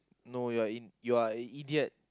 no you are in you're an idiot